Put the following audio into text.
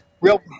Real